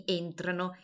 entrano